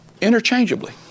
interchangeably